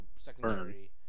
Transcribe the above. secondary